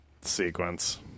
sequence